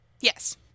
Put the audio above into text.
Yes